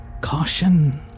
Caution